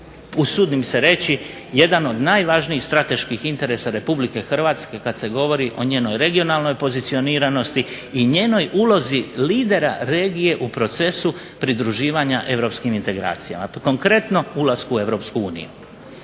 usudim se reći jedan od najvažnijih strateških interesa RH kada se govori o njenoj regionalnoj pozicioniranosti i njenoj ulozi lidera regije u procesu pridruživanja europskim integracijama konkretno ulaskom u EU.